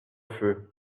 feu